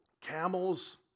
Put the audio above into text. camels